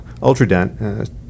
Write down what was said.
Ultradent